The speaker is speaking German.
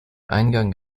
eingang